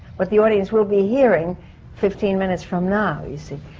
what the audience will be hearing fifteen minutes from now, you see.